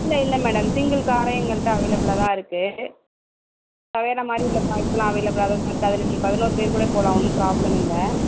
இல்லை இல்லை madam single காரே எங்கள்கிட்ட அவைலபளாக தான் இருக்குது தவேரா மாதிரி உள்ள கார்ஸெலாம் அவைலபளாக தான் அதில் நீங்கள் பதினோரு பேர் கூட போகலாம் ஒன்றும் ப்ராப்லம் இல்லை